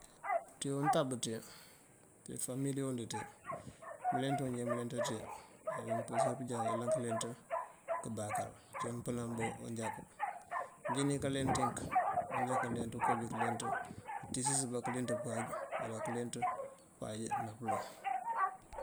Ţi untab ţi, ţi familiyond ţi mleenţ manja mëleenţa ţi mampurir pëja, ayëlan këleenţ këbaakërë uci mpënaba unjaku nji nikaleenţ manja këleenţ kobi këlenţ utiësëba këleenţ paaj wala këleenţ paaj napëlon.